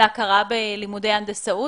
להכרה בלימודי הנדסאות?